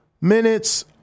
minutes